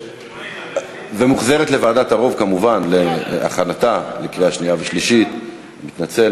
הרווחה והבריאות נתקבלה.